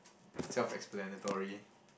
self explanatory